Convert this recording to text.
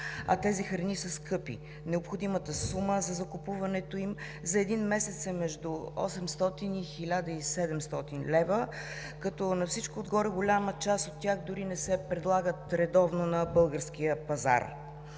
а тези храни са скъпи. Необходимата сума за закупуването им за един месец е между 800 и 1700 лв., като на всичкото отгоре голяма част от тях дори не се предлагат редовно на българския пазар.